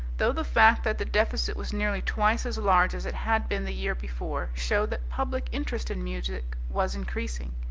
though the fact that the deficit was nearly twice as large as it had been the year before showed that public interest in music was increasing.